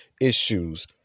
issues